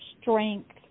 strength